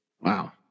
Wow